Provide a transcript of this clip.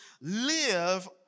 live